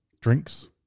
Drinks